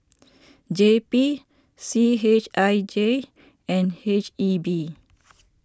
J P C H I J and H E B